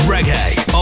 Reggae